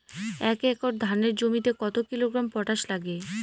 এক একর ধানের জমিতে কত কিলোগ্রাম পটাশ লাগে?